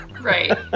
Right